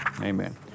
Amen